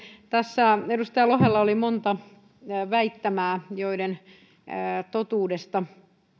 tässä edustaja lohella oli monta väittämää joiden totuudesta